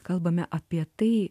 kalbame apie tai